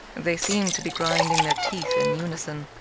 they seemed to be grinding their teeth in unison.